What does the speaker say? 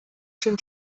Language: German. schön